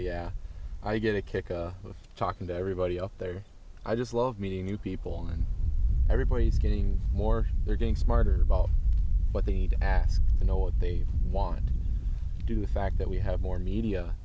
yeah i get a kick talking to everybody else there i just love meeting new people and everybody's getting more they're getting smarter about what they need to ask and know what they want to do the fact that we have more media